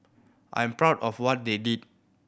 I'm proud of what they did